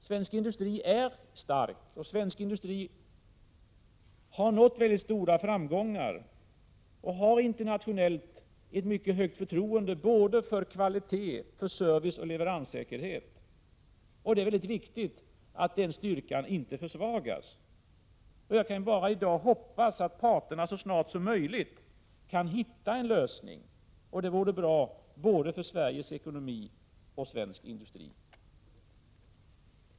Svensk industri är stark, och svensk industri har nått mycket stora framgångar och har internationellt ett mycket gott förtroende i fråga om både kvalitet, service och leveranssäkerhet. Det är mycket viktigt att den styrkan inte försvagas. Jag kan i dag bara hoppas att parterna så snart som möjligt hittar en lösning. Det vore bra både för Sveriges ekonomi och för svensk industri.